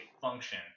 function